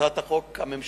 ובהצעת החוק הממשלתית.